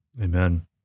Amen